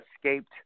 escaped